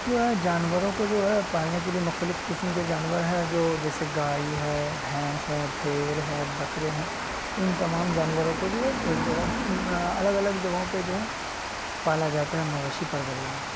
جو ہے جانوروں کو جو ہے پالنے کے لیے مختلف قسم کے جانور ہے جو جیسے گائے ہے بھینس ہے بھیڑ ہے بکرے ہیں ان تمام جانوروں کو جو ہے ایک جگہ الگ الگ جگہوں پہ جو ہے پالا جاتا ہے مویشی پروری میں